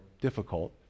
difficult